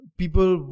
people